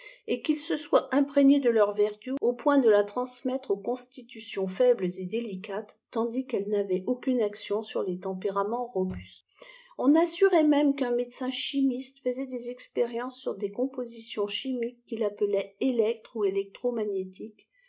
et qu'il se soit im régné de leur vertu au point de la transmettre aux constitutions àibles et délicates tandis qu'elle n'avait aucune action sur les tempéraments robustes on assurait même qu'un médecin chi miste faisait is expériences sur des compositiohs chimiques qu'il appelait électres ou électro magnétiques